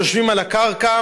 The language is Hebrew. כשיושבים על הקרקע,